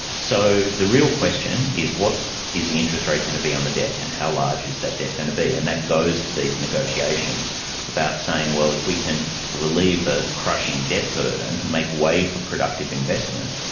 so the real question is what is the interest rate going to be on the debt and how large is that debt going to be? and that goes to these negotiations about saying, well, if we can relieve the crushing debt burden, make way for productive investment,